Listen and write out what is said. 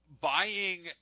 buying